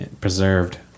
preserved